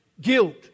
guilt